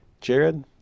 Jared